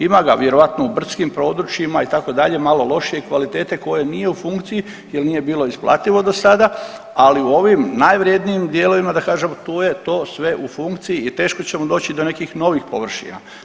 Ima ga vjerojatno u brdskim područjima itd. malo lošije kvalitete koje nije u funkciji jer nije bilo isplativo do sada, ali u ovim najvrjednijim dijelovima da kažem tu je to sve u funkciji i teško ćemo doći do nekih novih površina.